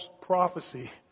prophecy